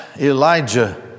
Elijah